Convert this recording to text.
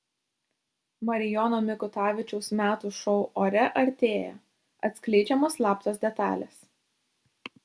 marijono mikutavičiaus metų šou ore artėja atskleidžiamos slaptos detalės